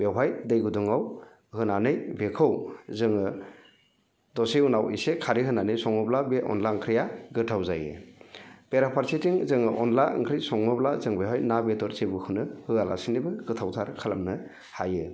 बेवहाय दै गुदुङाव होनानै बेखौ जोङो दसे उनाव इसे खारै होनानै सङोब्ला बे अनला ओंख्रैया गोथाव जायो बेराफारसेथिं जोङो अनला ओंख्रि सङोब्ला जों बेहाय ना बेदर जेबोखौनो होयालासिनोबो गोथावथार खालामनो हायो